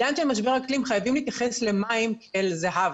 בעידן של משבר אקלים חייבים להתייחס למים כאל זהב.